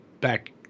back